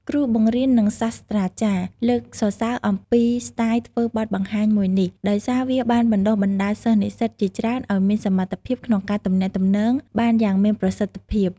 គ្រូបង្រៀន និងសាស្ត្រាចារ្យ លើកសរសើរអំពីស្ទាយធ្វើបទបង្ហាញមួយនេះ ដោយសារវាបានបណ្តុះបណ្តាលសិស្សនិស្សិតជាច្រើនឱ្យមានសមត្ថភាពក្នុងការទំនាក់ទំនងបានយ៉ាងមានប្រសិទ្ធភាព។